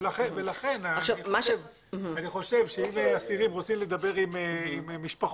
לכן אני חושב שאם אסירים רוצים לדבר עם משפחותיהם,